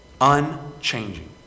Unchanging